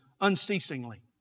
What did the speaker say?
unceasingly